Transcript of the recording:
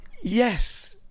yes